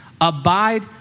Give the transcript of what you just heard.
abide